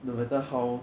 no matter how